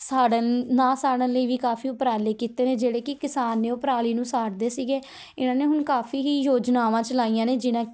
ਸਾੜਨ ਨਾ ਸਾੜਨ ਲਈ ਵੀ ਕਾਫੀ ਉਪਰਾਲੇ ਕੀਤੇ ਨੇ ਜਿਹੜੇ ਕਿ ਕਿਸਾਨ ਨੇ ਉਹ ਪਰਾਲੀ ਨੂੰ ਸਾੜਦੇ ਸੀਗੇ ਇਹਨਾਂ ਨੇ ਹੁਣ ਕਾਫੀ ਹੀ ਯੋਜਨਾਵਾਂ ਚਲਾਈਆਂ ਨੇ ਜਿਹਨਾਂ